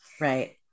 right